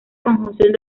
conjunción